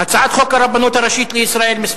הצעת חוק הרבנות הראשית לישראל (תיקון